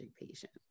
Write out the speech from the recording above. patient